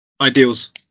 ideals